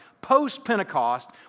post-Pentecost